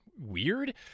weird